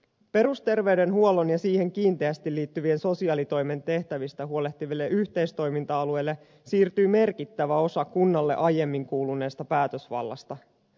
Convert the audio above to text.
perusterveydenhuollon ja siihen kiinteästi liittyvien sosiaalitoimen tehtävistä huolehtiville yhteistoiminta alueille siirtyy merkittävä osa kunnalle aiemmin kuuluneesta päätösvallasta